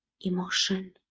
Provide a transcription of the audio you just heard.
emotion